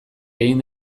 egin